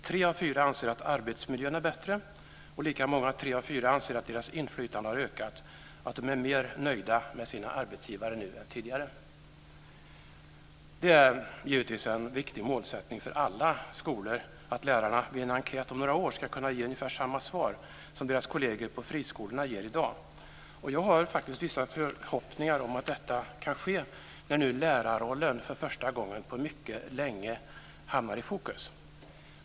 Tre av fyra anser att arbetsmiljön är bättre och lika många, alltså tre av fyra, anser att deras inflytande har ökat och att de är mer nöjda nu med sina arbetsgivare än tidigare. Det är givetvis en viktig målsättning för alla skolor att lärarna vid en enkät om några år ska kunna ge ungefär samma svar som deras kolleger på friskolorna i dag ger. Jag har faktiskt vissa förhoppningar om att detta kan ske när nu lärare och löner för första gången på mycket länge hamnar i fokus.